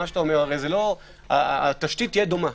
הרי התשתית תהיה דומה.